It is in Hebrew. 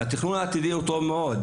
התכנון העתידי הוא טוב מאוד.